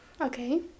Okay